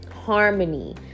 harmony